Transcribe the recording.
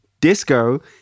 Disco